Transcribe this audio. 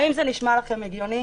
האם זה נשמע לכם הגיוני?